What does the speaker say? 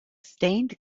stained